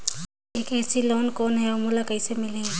KCC loan कौन हे अउ मोला कइसे मिलही?